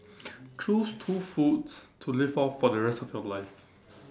choose two foods to live off for the rest of your life